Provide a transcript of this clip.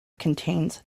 contains